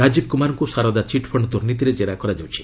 ରାଜୀବ୍ କୁମାରଙ୍କୁ ଶାରଦା ଚିଟ୍ଫଣ୍ଡ ଦୂର୍ନୀତିରେ ଜେରା କରାଯାଉଛି